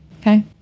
Okay